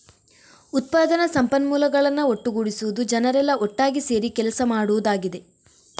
ಉತ್ಪಾದನಾ ಸಂಪನ್ಮೂಲಗಳನ್ನ ಒಟ್ಟುಗೂಡಿಸುದು ಜನರೆಲ್ಲಾ ಒಟ್ಟಾಗಿ ಸೇರಿ ಕೆಲಸ ಮಾಡುದಾಗಿದೆ